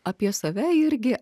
apie save irgi